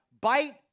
bite